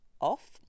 off